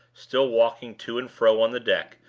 still walking to and fro on the deck,